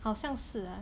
好像是 lah